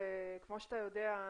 וכמו שאתה יודע,